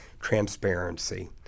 transparency